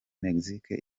mexique